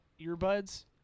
earbuds